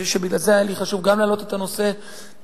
ובגלל זה היה לי חשוב גם להעלות את הנושא וגם